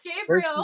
Gabriel